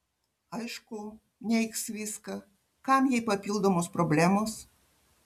aišku neigs viską kam jai papildomos problemos